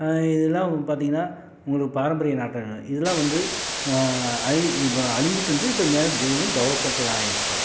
இதெல்லாம் பார்த்திங்கன்னா உங்களுக்கு பாரம்பரிய நடனம் இதெலாம் வந்து அழி இப்போ அழிஞ்சிட்டுன்ட்டு இப்போ மேலே திரும்பியும் டெவலப்மெண்ட்டும் ஆயிருச்சு